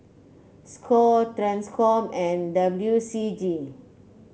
Score Transcom and W C G